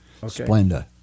Splenda